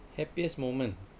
happiest moment